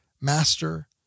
Master